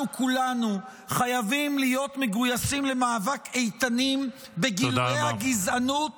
ונבין שאנחנו כולנו חייבים להיות מגויסים למאבק איתנים בגילויי הגזענות